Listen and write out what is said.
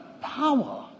power